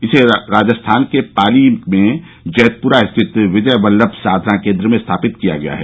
इसे राजस्थान के पाली में जेतप्रा स्थित विजय वल्लम साधना केंद्र में स्थापित किया गया है